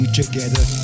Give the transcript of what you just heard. together